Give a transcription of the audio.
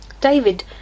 David